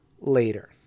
later